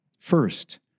First